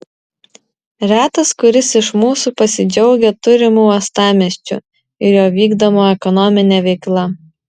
retas kuris iš mūsų pasidžiaugia turimu uostamiesčiu ir jo vykdoma ekonomine veikla